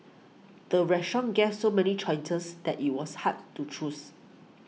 the restaurant guess so many choices that it was hard to choose